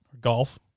golf